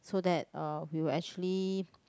so that uh we will actually